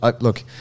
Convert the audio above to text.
look